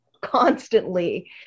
constantly